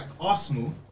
Arsenal